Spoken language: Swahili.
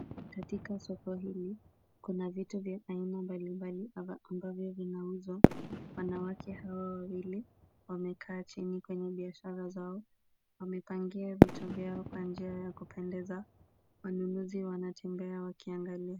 Katika soko hil,i kuna vitu vya haina mbali mbali ambavyo zinauzwa. Wanawake hawa wawili wamekaa chini kwenye biashara zao, wamepangia vitu vyo kwa njia ya kupendeza, wanunuzi wanatinga yao wakiangalia.